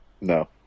No